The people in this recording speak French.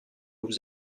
vous